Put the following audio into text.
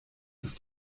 ist